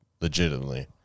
legitimately